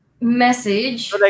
Message